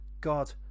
God